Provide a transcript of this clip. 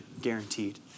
guaranteed